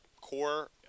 core